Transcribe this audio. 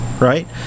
right